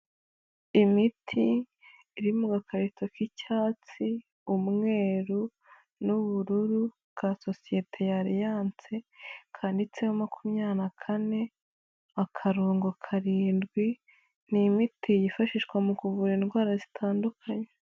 Imiti iri mu gakarito k'icyatsi, umweru n'ubururu ka sosiyete ya Alliance kanditseho makumyabiri na kane akarongo karindwi. Ni imiti yifashishwa mu kuvura indwara zitandukanye.